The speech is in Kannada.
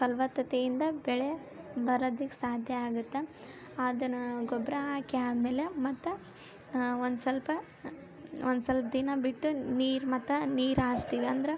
ಫಲವತ್ತತೆಯಿಂದ ಬೆಳೆ ಬರೋದಿಕ್ಕೆ ಸಾಧ್ಯ ಆಗುತ್ತೆ ಅದನ್ನ ಗೊಬ್ಬರ ಹಾಕಿ ಆದ್ಮೇಲೆ ಮತ್ತು ಒಂದು ಸ್ವಲ್ಪ ಒಂದು ಸ್ವಲ್ಪ ದಿನ ಬಿಟ್ಟು ನೀರು ಮತ್ತು ನೀರು ಹಾಸ್ತಿವಿ ಅಂದ್ರ